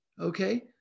okay